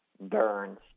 burns